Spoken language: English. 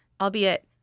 albeit